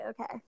okay